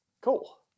Cool